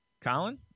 Colin